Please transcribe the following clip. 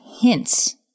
hints